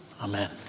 Amen